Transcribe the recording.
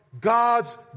God's